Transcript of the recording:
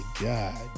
god